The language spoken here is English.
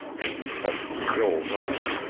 and he touched joel's arm.